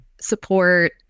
support